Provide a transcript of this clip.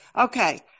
Okay